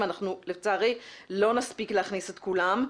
ואנחנו לצערי לא נספיק להכניס את כולם.